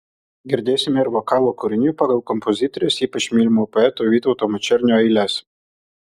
girdėsime ir vokalo kūrinių pagal kompozitorės ypač mylimo poeto vytauto mačernio eiles